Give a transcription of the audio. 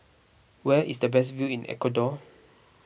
where is the best view in Ecuador